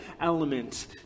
element